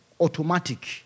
automatic